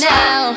now